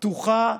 פתוחה,